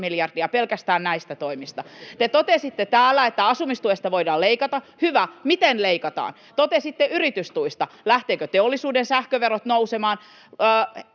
miljardia pelkästään näistä toimista. Te totesitte täällä, että asumistuesta voidaan leikata. Hyvä — miten leikataan? Totesitte, että yritystuista — lähtevätkö teollisuuden sähköverot nousemaan,